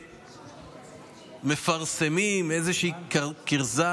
שמפרסמים איזושהי כרזה,